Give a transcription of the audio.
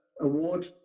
award